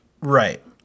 Right